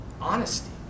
Honesty